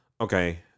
okay